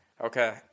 Okay